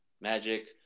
Magic